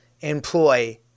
employ